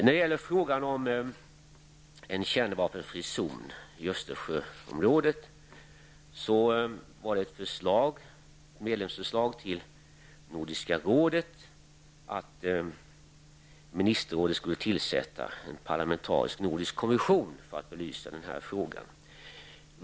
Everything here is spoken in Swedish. När det gäller frågan om en kärnvapenfri zon i Nordiska rådet att ministerrådet skulle tillsätta en parlamentarisk nordisk kommission för att belysa frågan.